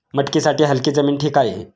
मटकीसाठी हलकी जमीन ठीक आहे